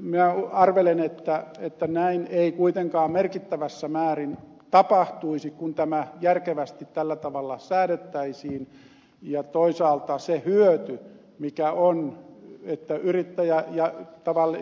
minä arvelen että näin ei kuitenkaan merkittävässä määrin tapahtuisi kun tämä järkevästi tällä tavalla säädettäisiin ja toisaalta se hyöty mikä yhteiskunnalle on siitä että yrittäjä ja